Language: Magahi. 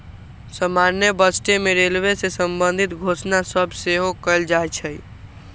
समान्य बजटे में रेलवे से संबंधित घोषणा सभ सेहो कएल जाइ छइ